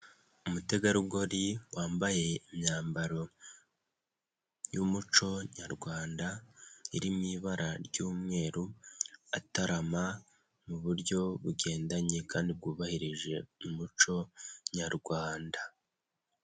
Umutegarugori wambaye imyambaro y'umuco nyarwanda, iri mu ibara ry'umweru, atarama mu buryo bugendanye kandi bwubahirije umuco nyarwanda.